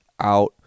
out